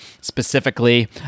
Specifically